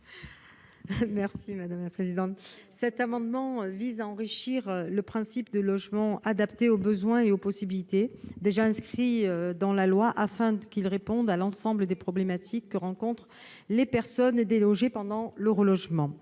Mme Samia Ghali. Cet amendement vise à enrichir le principe de « logement adapté aux besoins et aux possibilités » déjà inscrit dans la loi, afin qu'il réponde à l'ensemble des problématiques que rencontrent les personnes délogées pendant leur relogement.